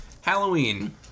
Halloween